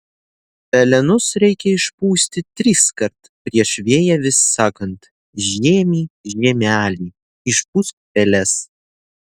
pelenus reikia išpūsti triskart prieš vėją vis sakant žiemy žiemeli išpūsk peles